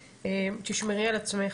ותשמרי על עצמך,